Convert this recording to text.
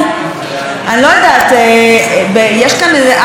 אני לא יודעת, יש כאן איזה ארבע שנים,